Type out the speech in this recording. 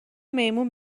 میمون